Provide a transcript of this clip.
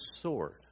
sword